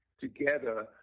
together